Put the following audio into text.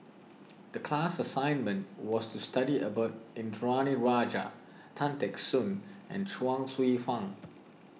the class assignment was to study about Indranee Rajah Tan Teck Soon and Chuang Hsueh Fang